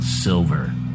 Silver